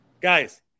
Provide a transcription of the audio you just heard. Guys